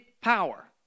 power